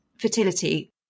fertility